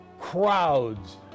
crowds